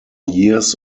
years